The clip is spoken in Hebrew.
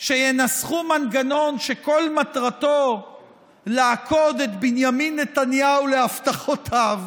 שינסחו מנגנון שכל מטרתו לעקוד את בנימין נתניהו להבטחותיו,